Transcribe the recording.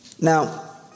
Now